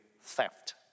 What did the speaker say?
theft